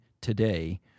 today